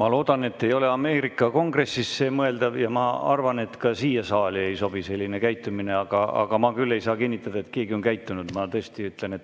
Ma loodan, et see ei ole Ameerika Kongressis mõeldav, ja ma arvan, et ka siia saali ei sobi selline käitumine. Aga ma ei saa küll kinnitada, et keegi on nii käitunud. Ma tõesti ütlen,